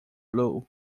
blue